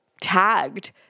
tagged